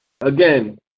again